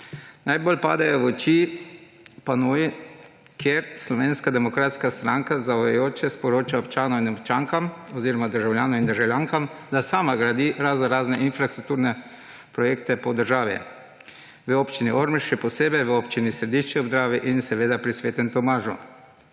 Najbolj padejo v oči panoji, kjer Slovenska demokratska stranka zavajajoče sporoča občanom in občankam oziroma državljanom in državljankam, da sama gradi raznorazne infrastrukturne projekte po državi, v občini Ormož, še posebej v Občini Središče ob Dravi in seveda pri Svetem Tomažu.